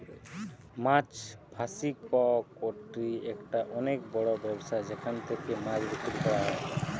মাছ ফাসিকটোরি একটা অনেক বড় ব্যবসা যেখান থেকে মাছ বিক্রি করা হয়